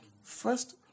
First